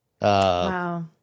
Wow